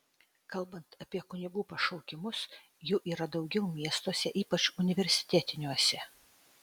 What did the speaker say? kalbant apie kunigų pašaukimus jų yra daugiau miestuose ypač universitetiniuose